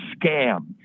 scam